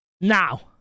Now